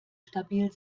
stabil